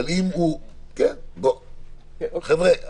חבר'ה,